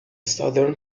southern